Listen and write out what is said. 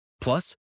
Plus